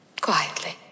Quietly